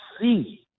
see